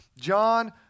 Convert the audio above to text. John